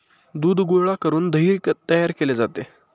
दूध गोळा करून दही तयार केले जाते